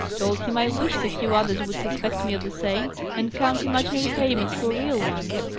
told him i wished a few others would suspect me of the same, and count imaginary payments for real ones.